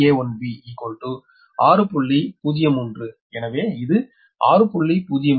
03 எனவே இது 6